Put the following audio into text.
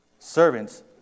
servants